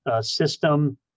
system